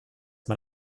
man